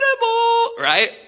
right